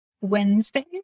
Wednesday